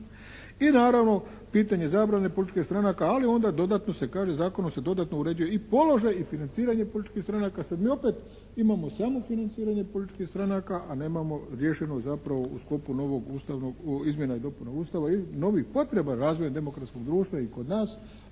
I naravno, pitanje zabrane političkih stranaka, ali onda dodatno se kaže, zakonom se dodatno uređuje i položaj i financiranje političkih stranaka. Sad mi opet imamo samo financiranje političkih stranaka, a nemamo riješeno zapravo u sklopu novog ustavnog, izmjena i dopuna Ustava i novih potreba razvoja demokratskog društva i kod nas,